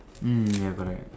mm ya correct